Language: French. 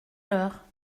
l’heure